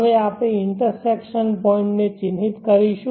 હવે આપણે intersection point ને ચિહ્નિત કરીશું